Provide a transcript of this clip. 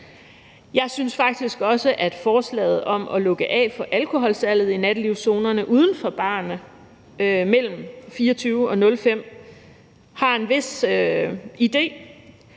der er en vis idé med forslaget om at lukke af for alkoholsalget i nattelivszonerne uden for barerne mellem kl. 24.00 og 05.00. Vi ved i